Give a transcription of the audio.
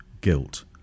guilt